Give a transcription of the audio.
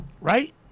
right